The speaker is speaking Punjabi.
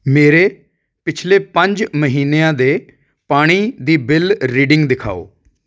ਮੇਰੇ ਪਿਛਲੇ ਪੰਜ ਮਹੀਨਿਆਂ ਦੇ ਪਾਣੀ ਦੇ ਬਿਲ ਰੀਡਿੰਗ ਦਿਖਾਓ